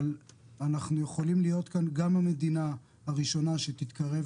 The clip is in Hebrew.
אבל אנחנו יכולים להיות כאן גם המדינה הראשונה שתתקרב